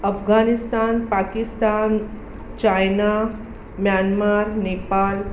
Afghanistan Pakistan China Myanmar Nepal